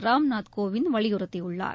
ராம்நாத் கோவிந்த் வலியுறுத்தியுள்ளார்